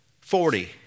Forty